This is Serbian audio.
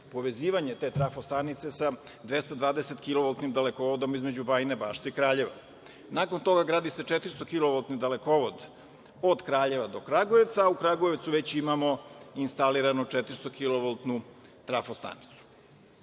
povezivanje te trafo-stanice sa 220-kilovoltnim dalekovodom između Bajne Bašte i Kraljeva. Nakon toga gradi se 400-kilovoltni dalekovod od Kraljeva do Kragujevca, a u Kragujevcu već imamo instalirano 400-kilovotnu